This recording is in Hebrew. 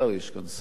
יש כאן שר?